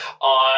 on